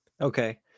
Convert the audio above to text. Okay